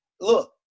Look